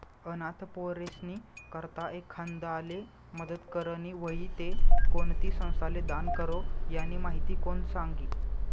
अनाथ पोरीस्नी करता एखांदाले मदत करनी व्हयी ते कोणती संस्थाले दान करो, यानी माहिती कोण सांगी